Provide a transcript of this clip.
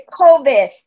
COVID